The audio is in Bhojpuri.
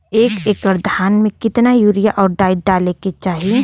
एक एकड़ धान में कितना यूरिया और डाई डाले के चाही?